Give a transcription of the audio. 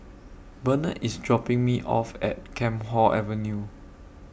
Bernard IS dropping Me off At Camphor Avenue